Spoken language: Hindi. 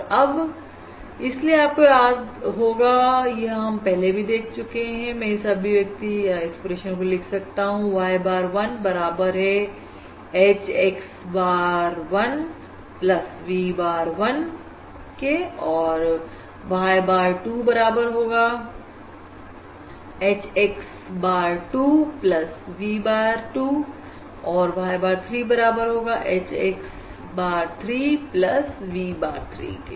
और अब इसलिए आपको याद होगा यह हम पहले भी देख चुके हैं मैं इस अभिव्यक्ति को लिख सकता हूं y bar 1 बराबर है H x bar 1 plus v bar 1 के y bar 2 बराबर होगा H x bar 2 plus v bar 2 और y bar 3 बराबर होगा H x bar 3 plus v bar 3 के